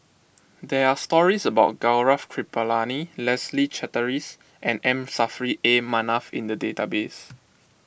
there are stories about Gaurav Kripalani Leslie Charteris and M Saffri A Manaf in the database